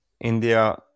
India